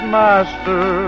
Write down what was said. master